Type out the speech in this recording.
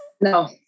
No